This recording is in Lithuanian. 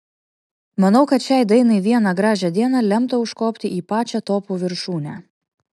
manau kad šiai dainai vieną gražią dieną lemta užkopti į pačią topų viršūnę